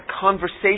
conversation